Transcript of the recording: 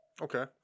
Okay